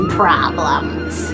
problems